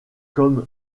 comme